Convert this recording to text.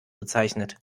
bezeichnet